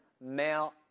male